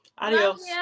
adios